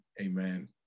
Amen